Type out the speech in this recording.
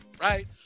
right